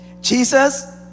Jesus